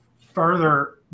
further